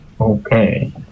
okay